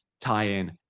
tie-in